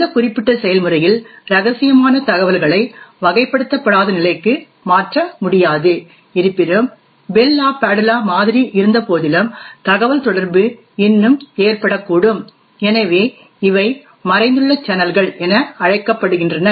இந்த குறிப்பிட்ட செயல்முறையில் இரகசியமான தகவல்களை வகைப்படுத்தப்படாத நிலைக்கு மாற்ற முடியாது இருப்பினும் பெல் லாபாதுலா மாதிரி இருந்தபோதிலும் தகவல்தொடர்பு இன்னும் ஏற்படக்கூடும் எனவே இவை மறைந்துள்ள சேனல்கள் என அழைக்கப்படுகின்றன